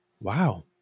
Wow